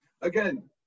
Again